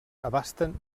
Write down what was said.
abasten